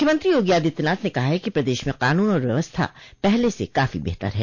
मुख्यमंत्री योगी आदित्यनाथ ने कहा है कि प्रदेश में कानून और व्यवस्था पहले से काफी बेहतर है